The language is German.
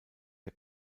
der